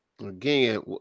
again